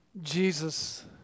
Jesus